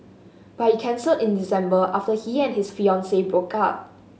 but he cancelled in December after he and his fiancee broke up